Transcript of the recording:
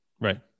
Right